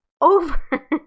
over